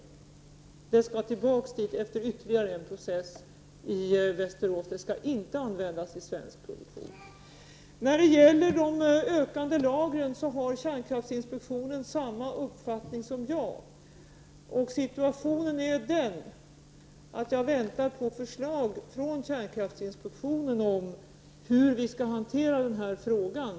Materialet skall tillbaka efter ytterligare process i Västerås. Det skall således inte användas i svensk produktion. När det gäller de ökande lagren har man vid kärnkraftsinpektionen samma uppfattning som jag. Situationen är den att jag väntar på förslag från kärnkraftsinpektionen om hur vi skall hantera den här frågan.